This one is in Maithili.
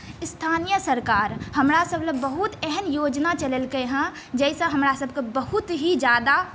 स्थानीय सरकार हमरा सभ लए बहुत एहन योजना चलेलकै हँ जाहिसँ हमरा सभकेँ बहुत ही ज्यादा